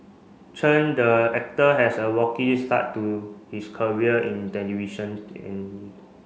Chen the actor has a rocky start to his career in television in